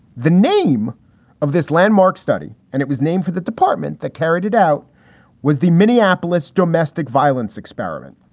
the name of this landmark study, and it was named for the department that carried it out was the minneapolis domestic violence experiment.